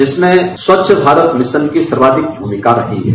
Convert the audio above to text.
जिसमें स्वच्छ भारत मिशन की सर्वाधिक भूमिका रही है